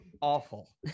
awful